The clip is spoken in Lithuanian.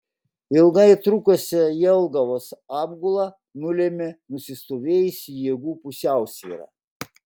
ilgai trukusią jelgavos apgulą nulėmė nusistovėjusi jėgų pusiausvyra